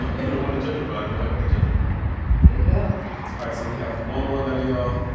you you don't want to gentrify, don't act like a gentrifier there you go all right, so we have one more letter, y'all.